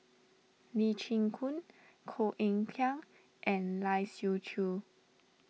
Lee Chin Koon Koh Eng Kian and Lai Siu Chiu